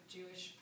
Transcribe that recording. Jewish